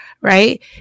right